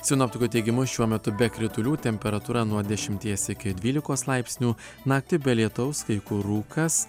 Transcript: sinoptikų teigimu šiuo metu be kritulių temperatūra nuo dešimties iki dvylikos laipsnių naktį be lietaus kai kur rūkas